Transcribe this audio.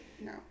no